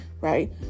right